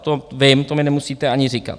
To vím, to mi nemusíte ani říkat.